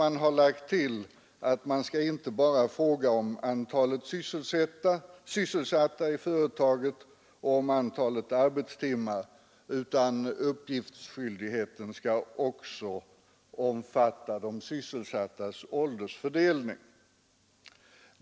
Där har tillagts att förutom antalet sysselsatta och antalet arbetstimmar skall uppgiftsskyldigheten omfatta också de sysselsattas åldersfördelning.